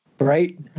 Right